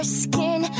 skin